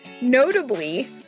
Notably